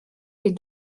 les